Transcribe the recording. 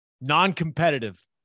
non-competitive